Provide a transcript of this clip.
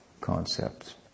concept